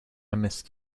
missed